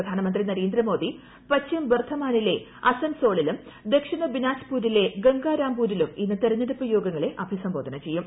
പ്രധാനമന്ത്രി നരേന്ദ്രമോദി പശ്ചിം ബർധമാനിലെ അസൻ സോളിലും ദക്ഷിണ ബിനാച് പൂരിലെ ഗംഗാ രാംപൂരിലും ഇന്ന് തെരഞ്ഞെടുപ്പ് യോഗങ്ങളെ അഭിസംബോധന ചെയ്യും